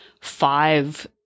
five